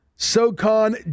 SoCon